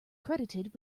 credited